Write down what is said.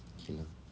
okay lah